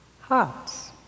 hearts